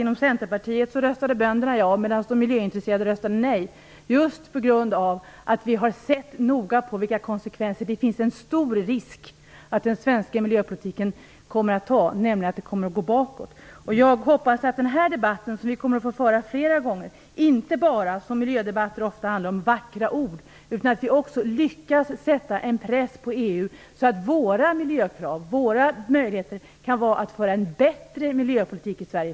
Inom Centerpartiet röstade bönderna ja, medan de miljöintresserade röstade nej just på grund av att vi har sett noga på konsekvenserna. Det finns en stor risk att den svenska miljöpolitiken kommer att gå bakåt. Jag hoppas att debatten, som vi kommer att få föra flera gånger, inte bara handlar om vackra ord som miljödebatter ofta gör, utan också om att vi lyckas sätta press på EU så att våra miljökrav går igenom och att vi har möjlighet att föra en bättre miljöpolitik i framtiden.